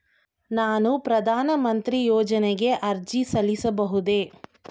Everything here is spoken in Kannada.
ನಾನು ಪ್ರಧಾನ ಮಂತ್ರಿ ಯೋಜನೆಗೆ ಅರ್ಜಿ ಸಲ್ಲಿಸಬಹುದೇ?